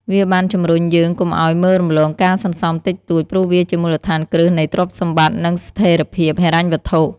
វាបានជំរុញយើងកុំអោយមើលរំលងការសន្សំតិចតួច ព្រោះវាជាមូលដ្ឋានគ្រឹះនៃទ្រព្យសម្បត្តិ និងស្ថិរភាពហិរញ្ញវត្ថុ។